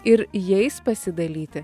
ir jais pasidalyti